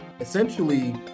essentially